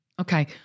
Okay